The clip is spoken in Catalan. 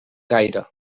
gaire